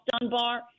Dunbar